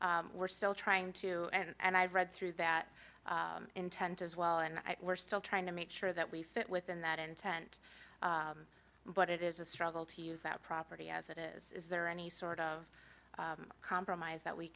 barrier we're still trying to and i've read through that intent as well and we're still trying to make sure that we fit within that intent but it is a struggle to use that property as it is is there any sort of compromise that we